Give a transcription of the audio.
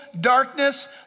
darkness